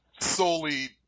solely